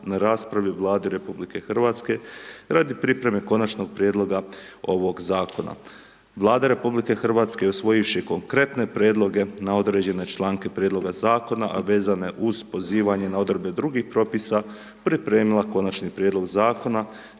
na raspravi u Vladi RH radi pripreme Konačnog prijedloga ovog Zakona. Vlada RH usvojivši konkretne prijedloge na određene članke prijedloga Zakona, a vezane uz pozivanje na odredbe drugih propisa, pripremila Konačni prijedlog Zakona,